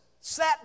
sat